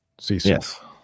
Yes